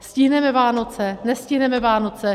Stihneme Vánoce, nestihneme Vánoce?